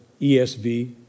ESV